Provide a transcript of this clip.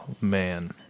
Man